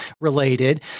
related